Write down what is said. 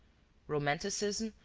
romanticism,